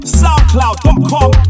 soundcloud.com